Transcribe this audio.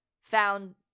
found